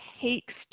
takes